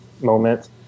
moment